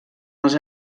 els